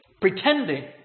pretending